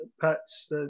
pets